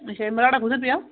अच्छा एह् मराह्ड़ा कुत्थै पेआ